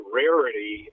rarity